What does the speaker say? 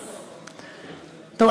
טוב,